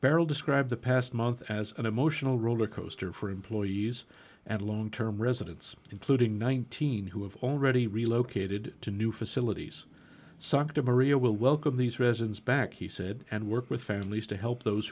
beryl described the past month as an emotional rollercoaster for employees and long term residents including nineteen who have already relocated to new facilities sakta maria will welcome these residents back he said and work with families to help those